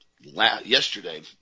yesterday